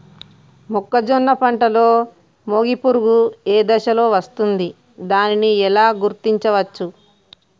మొక్కజొన్న పంటలో మొగి పురుగు ఏ దశలో వస్తుంది? దానిని ఎలా గుర్తించవచ్చు?